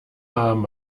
haben